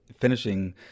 finishing